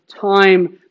Time